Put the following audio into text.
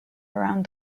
around